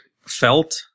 felt